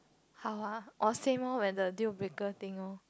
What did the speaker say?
how ah or same oh whether the deal-breaker thing oh